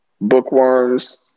bookworms